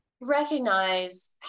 recognize